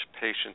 patient